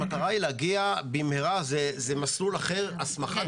הסמכת ועדה זה מסלול אחר.